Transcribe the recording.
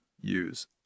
use